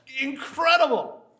incredible